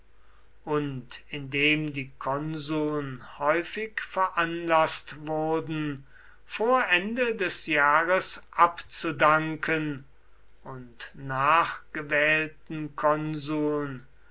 und indem die konsuln häufig veranlaßt wurden vor ende des jahres abzudanken und nachgewählten konsuln